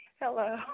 Hello